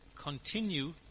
continue